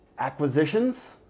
Acquisitions